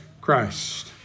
Christ